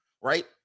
right